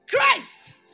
Christ